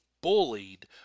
bullied